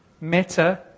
Meta